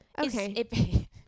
Okay